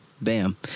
bam